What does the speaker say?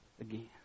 Again